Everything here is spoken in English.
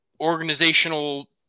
organizational